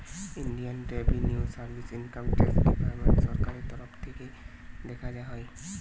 Indian revenue service income tax department সরকারের তরফ থিকে দেখা হয়